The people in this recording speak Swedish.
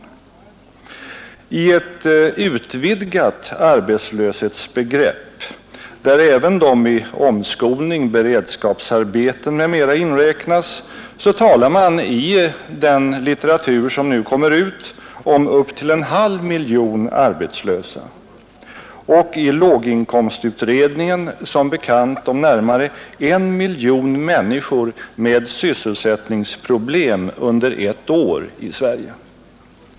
Med ett utvidgat arbetslöshetsbegrepp, där även de i omskolning, beredskapsarbeten m.m. inräknas, talas i den aktuella litteraturen om upp till en halv miljon arbetslösa och i låginkomstutredningen som bekant om närmare en miljon människor med sysselsättningsproblem under ett år i Sverige.